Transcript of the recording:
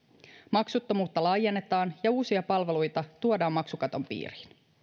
maksuttomuutta laajennetaan ja uusia palveluita tuodaan maksukaton piiriin